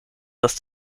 das